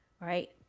right